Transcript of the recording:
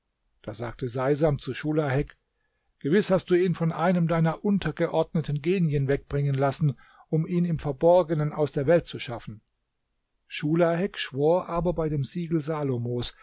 da sagte seisam zu schulahek gewiß hast du ihn von einem deiner untergeordneten genien wegbringen lassen um ihn im verborgenen aus der welt zu schaffen schulahek schwor aber bei dem siegel salomos